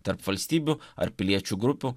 tarp valstybių ar piliečių grupių